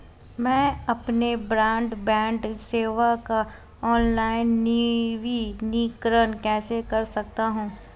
मैं अपनी ब्रॉडबैंड सेवा का ऑनलाइन नवीनीकरण कैसे कर सकता हूं?